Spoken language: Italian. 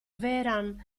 vehrehan